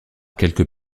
quelques